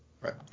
right